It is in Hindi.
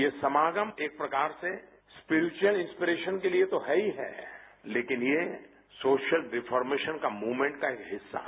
ये समागम एक प्रकार से स्प्रीचुवल इंस्प्रीनेशन के लिए तो है ही है लेकिन ये सोशल रिफॉरमेशन मूवमेंट का एक हिस्सा है